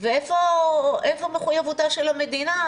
ואיפה מחויבותה של המדינה?